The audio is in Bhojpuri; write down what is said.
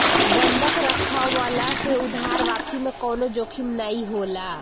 बंधक रखववला से उधार वापसी में कवनो जोखिम नाइ होला